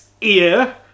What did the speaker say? Ear